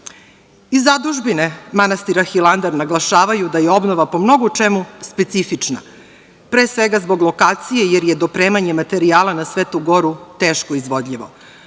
Zadužbine manastira Hilandar naglašavaju da je obnova po mnogo čemu specifična. Pre svega zbog lokacije, jer je dopremanje materijala na Svetu goru teško izvodljivo.